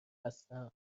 هستم